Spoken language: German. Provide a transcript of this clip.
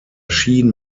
schien